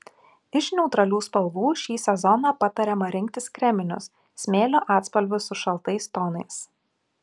iš neutralių spalvų šį sezoną patariama rinktis kreminius smėlio atspalvius su šaltais tonais